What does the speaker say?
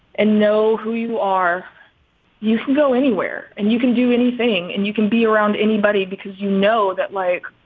and know who you are you can go anywhere and you can do anything and you can be around anybody because you know that like.